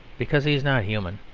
because he is not human.